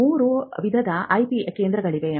ಮೂರು ವಿಧದ ಐಪಿ ಕೇಂದ್ರಗಳಿವೆ